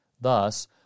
Thus